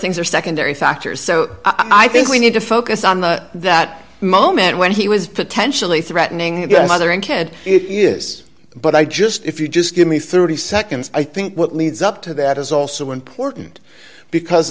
things are secondary factors so i think we need to focus on the that moment when he was potentially threatening a good mother and kid it is but i just if you just give me thirty seconds i think what leads up to that is also important because